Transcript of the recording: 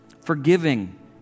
forgiving